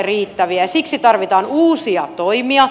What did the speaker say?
siksi tarvitaan uusia toimia